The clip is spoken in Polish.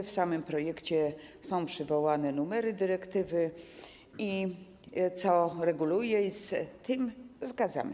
W samym projekcie są przywołane numery dyrektywy i to, co on reguluje - i z tym się zgadzamy.